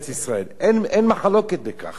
אין מחלוקת בכך.